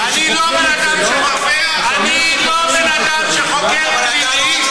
אני לא בן-אדם שחוקר פלילי,